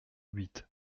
huit